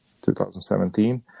2017